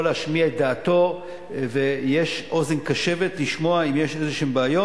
להשמיע את דעתו ויש אוזן קשבת לשמוע אם יש איזה בעיות.